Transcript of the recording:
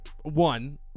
One